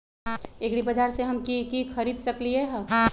एग्रीबाजार से हम की की खरीद सकलियै ह?